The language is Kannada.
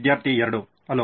ವಿದ್ಯಾರ್ಥಿ 2 ಹಲೋ